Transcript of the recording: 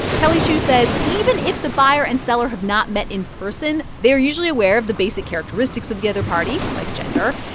kelly shue says even if the buyer and seller have not met in person, they are usually aware of the basic characteristics of the other party, like gender.